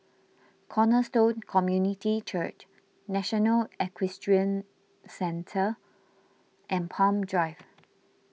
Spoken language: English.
Cornerstone Community Church National Equestrian Centre and Palm Drive